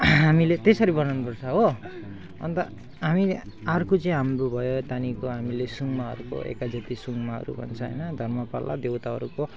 हामीले त्यसरी बनाउनुपर्छ हो अन्त हामी अर्को चाहिँ हाम्रो भयो त्यहाँदेखिको हामीले सुनमाहरू भयो एकाझोपी सुनमाहरू भन्छ होइन धर्मपल्ला देउताहरूको